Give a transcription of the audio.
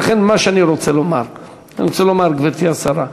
ולכן, מה שאני רוצה לומר, גברתי השרה,